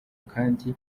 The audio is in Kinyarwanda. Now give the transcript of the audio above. kandi